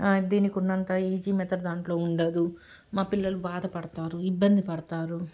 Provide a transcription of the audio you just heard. దీనికున్నంత easy method దాంట్లో ఉండదు మా పిల్లలు బాధపడతారు ఇబ్బంది పడతారు